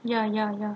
ya ya ya